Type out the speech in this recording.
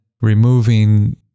removing